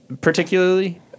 particularly